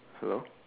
hello